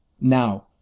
Now